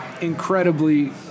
incredibly